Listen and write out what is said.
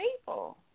people